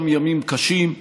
גם ימים קשים.